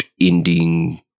ending